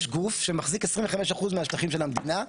יש גוף שמחזיק 25% מהשטחים של המדינה,